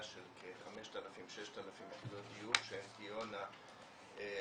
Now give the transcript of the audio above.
של כ-6,000-5,000 יחידות דיור שהן תהיינה לשכירות